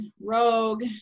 Rogue